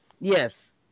yes